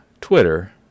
Twitter